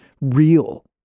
real